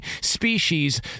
species